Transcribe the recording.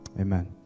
Amen